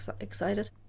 excited